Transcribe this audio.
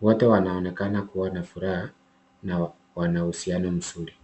Wote wanaonekana kuwa na furaha na wana uhusiano mzuri.